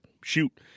shoot